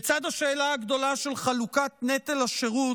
בצד השאלה הגדולה של חלוקת נטל השירות,